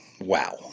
Wow